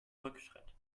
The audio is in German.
rückschritt